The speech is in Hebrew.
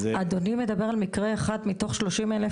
אדוני מדבר על מקרה אחד מתוך 30 אלף